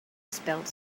spelled